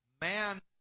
man